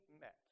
met